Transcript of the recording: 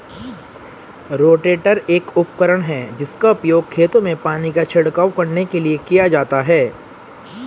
rotator एक उपकरण है जिसका उपयोग खेतों में पानी का छिड़काव करने के लिए किया जाता है